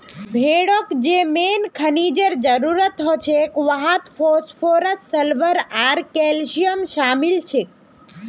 भेड़क जे मेन खनिजेर जरूरत हछेक वहात फास्फोरस सल्फर आर कैल्शियम शामिल छेक